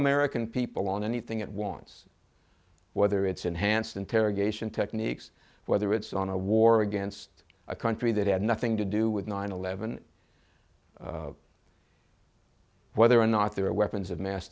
american people on anything it wants whether it's enhanced interrogation techniques whether it's on a war against a country that had nothing to do with nine eleven whether or not there were weapons of mass